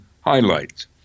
highlights